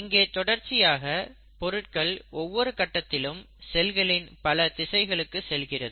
இங்கே தொடர்ச்சியாக பொருட்கள் ஒவ்வொரு கட்டத்திலும் செல்களின் பல திசைகளுக்கு செல்கிறது